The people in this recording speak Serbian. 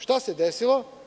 Šta se desilo?